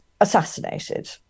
assassinated